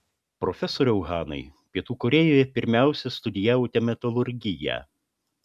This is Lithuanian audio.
profesoriau hanai pietų korėjoje pirmiausia studijavote metalurgiją